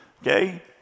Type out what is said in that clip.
Okay